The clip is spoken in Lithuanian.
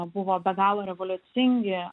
buvo be galo revoliucingi